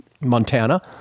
Montana